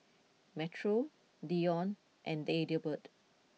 Metro Deion and Adelbert